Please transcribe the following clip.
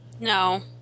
no